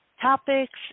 topics